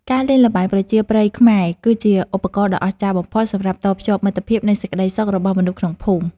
ការលេងល្បែងប្រជាប្រិយខ្មែរ គឺជាឧបករណ៍ដ៏អស្ចារ្យបំផុតសម្រាប់តភ្ជាប់មិត្តភាព និងសេចក្ដីសុខរបស់មនុស្សក្នុងភូមិ។